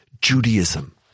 Judaism